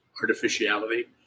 Artificiality